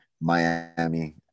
Miami